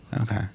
Okay